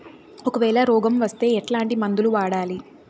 ఒకవేల రోగం వస్తే ఎట్లాంటి మందులు వాడాలి?